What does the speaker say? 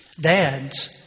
Dads